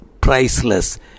priceless